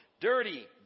dirty